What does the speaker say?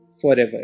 forever